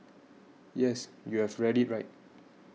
yes you have read it right